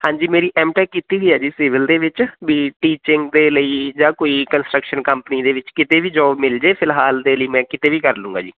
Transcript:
ਹਾਂਜੀ ਮੇਰੀ ਐਮਟੈਕ ਕੀਤੀ ਵੀ ਹੈ ਜੀ ਸਿਵਿਲ ਦੇ ਵਿੱਚ ਵੀ ਟੀਚਿੰਗ ਦੇ ਲਈ ਜਾਂ ਕੋਈ ਕੰਸਟਰਕਸ਼ਨ ਕੰਪਨੀ ਦੇ ਵਿੱਚ ਕਿਤੇ ਵੀ ਜੋਬ ਮਿਲ ਜਾਵੇ ਫਿਲਹਾਲ ਦੇ ਲਈ ਮੈਂ ਕਿਤੇ ਵੀ ਕਰ ਲਉਂਗਾ ਜੀ